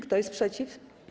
Kto jest przeciw?